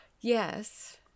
Yes